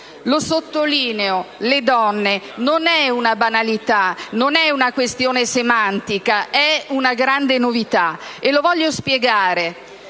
Lo sottolineo: le donne. Non è una banalità, non è una questione semantica, è una grande novità e lo voglio spiegare.